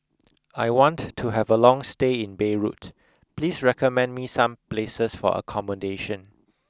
I want to have a long stay in Beirut please recommend me some places for accommodation